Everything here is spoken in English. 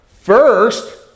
First